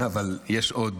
אבל יש עוד